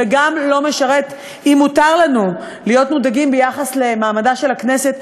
וגם לא משרת אם מותר לנו להיות מודאגים ביחס למעמדה של הכנסת,